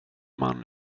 man